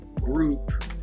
group